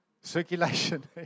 Circulation